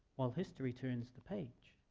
while history turns the page.